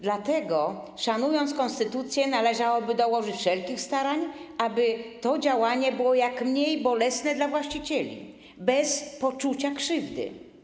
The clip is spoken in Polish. Dlatego, szanując konstytucję, należałoby dołożyć wszelkich starań, aby to działanie było jak najmniej bolesne dla właścicieli, bez poczucia krzywdy.